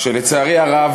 שלצערי הרב,